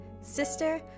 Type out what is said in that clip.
sister